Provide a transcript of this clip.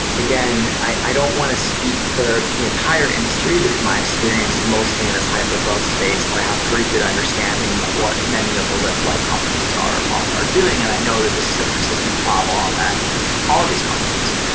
again, i don't want to speak for the entire industry, because my experience is mostly in this hypergrowth space, but i have pretty good understanding of what many of the lyft like companies are are doing and i know that this is a persistent problem at all of these companies.